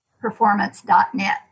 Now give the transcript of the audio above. performance.net